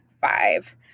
five